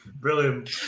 Brilliant